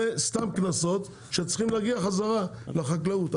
אלה סתם קנסות שצריכים להגיע חזרה לחקלאות.